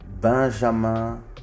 Benjamin